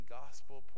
gospel